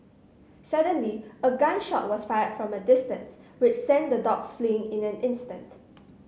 suddenly a gun shot was fired from a distance which sent the dogs fleeing in an instant